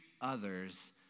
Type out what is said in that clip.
others